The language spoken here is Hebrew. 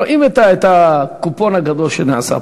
רואים את הקופון הגדול שנעשה פה.